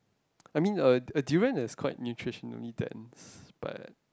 I mean a a durian is quite nutritionally then but